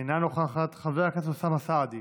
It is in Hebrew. אינה נוכחת, חבר הכנסת אוסאמה סעדי,